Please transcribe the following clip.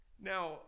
Now